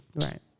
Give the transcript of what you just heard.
Right